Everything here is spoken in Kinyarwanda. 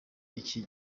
iki